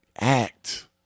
act